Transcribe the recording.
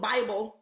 Bible